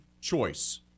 choice